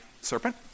serpent